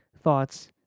thoughts